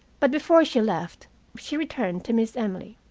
but before she left she returned to miss emily.